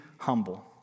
humble